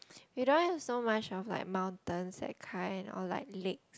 we don't have so much of like mountains that kind all like lake